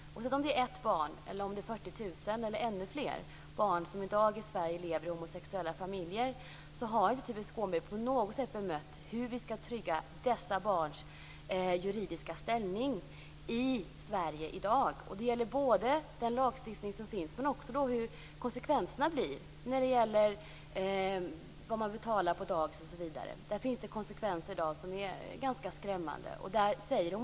Men oavsett om det är ett, 40 000 eller ännu fler barn som i dag lever i homosexuella familjer i Sverige har Tuve Skånberg inte på något sätt sagt hur vi ska trygga dessa barns juridiska ställning. Det gäller både den lagstiftning som finns och konsekvenserna - vad man betalar på dagis osv. Det finns ganska skrämmande konsekvenser i dag.